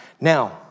Now